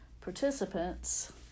participants